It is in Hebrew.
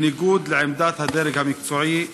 בניגוד לעמדת הדרג המקצועי,